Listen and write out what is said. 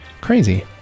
Crazy